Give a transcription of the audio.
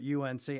UNC